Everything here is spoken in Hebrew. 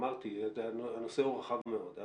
אמרתי, הנושא הוא רחב מאוד.